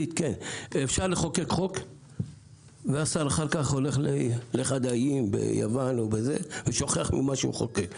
אפשר לחוקק חוק והשר אחר כך הולך לאחד האיים ביוון ושוכח את מה שחוקק.